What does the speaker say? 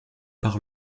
par